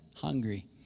hungry